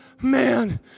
man